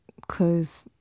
Cause